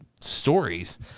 stories